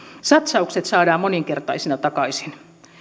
satsaukset saadaan moninkertaisina takaisin